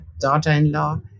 daughter-in-law